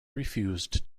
refused